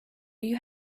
you